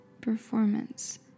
performance